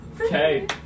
Okay